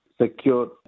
secure